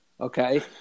okay